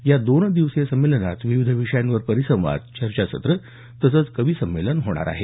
या दोन दिवसीय या संमेलनात विविध विषयावर परिसंवाद चर्चासत्र तसंच कविसंमेलन होणार आहे